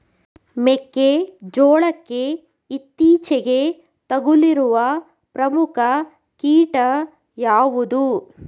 ಮೆಕ್ಕೆ ಜೋಳಕ್ಕೆ ಇತ್ತೀಚೆಗೆ ತಗುಲಿರುವ ಪ್ರಮುಖ ಕೀಟ ಯಾವುದು?